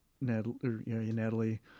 Natalie